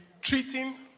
treating